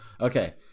Okay